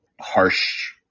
harsh